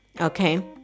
okay